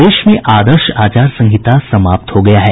प्रदेश में आदर्श आचार संहिता समाप्त हो गया है